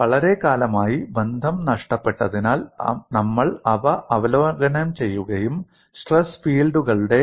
നിങ്ങൾക്ക് വളരെക്കാലമായി ബന്ധം നഷ്ടപ്പെട്ടതിനാൽ നമ്മൾ അവ അവലോകനം ചെയ്യുകയും സ്ട്രെസ് ഫീൽഡുകളുടെ